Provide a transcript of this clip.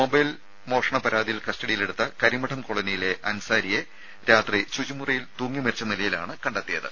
mobile മോഷണ പരാതിയിൽ കസ്റ്റഡിയിലെടുത്ത കരിമഠം കോളനിയിലെ അൻസാരിയെ രാത്രി ശുചിമുറിയിൽ തൂങ്ങി മരിച്ച നിലയിലാണ് കണ്ടെത്തിയത്